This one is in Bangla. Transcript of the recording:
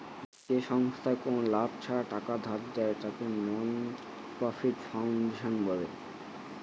যে সংস্থায় কোনো লাভ ছাড়া টাকা ধার দেয়, তাকে নন প্রফিট ফাউন্ডেশন বলে